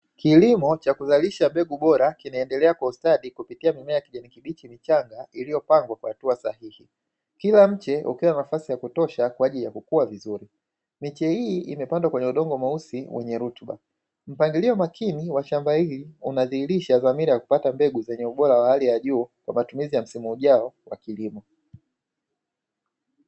Kilimo cha kuzalisha mbegu bora kinaonekana kwa ustadi kupitia mimea ya kijani kibichi iliyopangwa kwa hatua sahihi, kila mche ukiwa na nafasi ya kutosha kwa ajili ya kukua vizuri. Miche hiyo imepandwa kwenye udongo mweusi wenye rutuba, na pembeni kuna mipira ya maji inayosaidia umwagiliaji wa uhakika. Mpangilio makini wa mashamba haya unaonesha dhamira ya kupata mbegu zenye ubora wa hali ya juu kwa matumizi ya msimu ujao wa kilimo.